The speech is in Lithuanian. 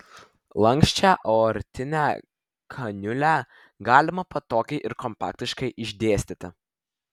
lanksčią aortinę kaniulę galima patogiai ir kompaktiškai išdėstyti